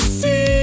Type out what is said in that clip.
see